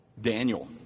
Daniel